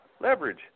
leverage